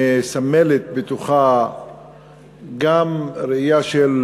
שמסמלת גם ראייה של